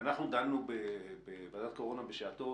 אנחנו דנו בוועדת הקורונה בשעתו